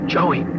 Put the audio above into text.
Joey